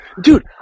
Dude